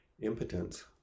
impotence